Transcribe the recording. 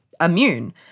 immune